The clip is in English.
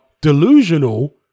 delusional